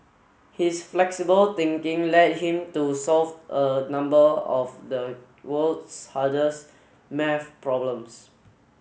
his flexible thinking led him to solve a number of the world's hardest maths problems